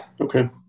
okay